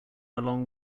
along